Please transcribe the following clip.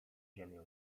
ziemię